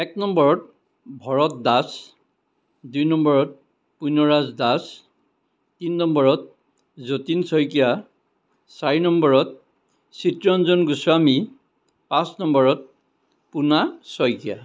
এক নম্বৰত ভৰত দাস দুই নম্বৰত পূণ্যৰাজ দাস তিনি নম্বৰত যতীন শইকীয়া চাৰি নম্বৰত চিত্তৰঞ্জন গোস্বামী পাঁচ নম্বৰত পোনা শইকীয়া